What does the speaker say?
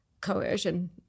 coercion